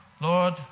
Lord